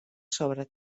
sobre